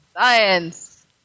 Science